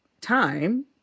time